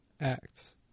acts